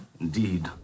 Indeed